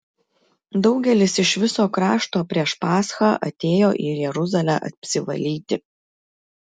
daugelis iš viso krašto prieš paschą atėjo į jeruzalę apsivalyti